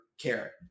care